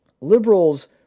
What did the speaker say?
Liberals